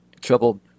trouble